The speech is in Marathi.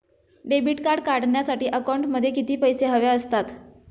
डेबिट कार्ड काढण्यासाठी अकाउंटमध्ये किती पैसे हवे असतात?